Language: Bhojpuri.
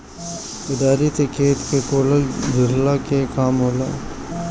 कुदारी से खेत के कोड़ला झोरला के काम होला